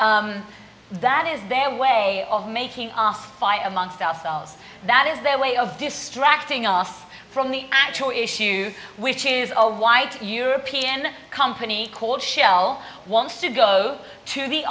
that is their way of making us fight amongst ourselves that is their way of distracting us from the actual issue which is a white european company called shell wants to go to the